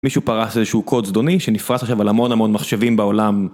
מישהו פרס איזשהו קוד זדוני שנפרס עכשיו על המון המון מחשבים בעולם.